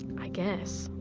i guess.